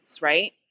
right